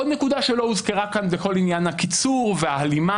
עוד נקודה שלא הוזכרה כאן בכל עניין הקיצור וההלימה.